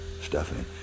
Stephanie